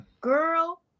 girl